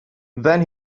then